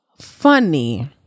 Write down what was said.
funny